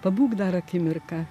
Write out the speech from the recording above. pabūk dar akimirką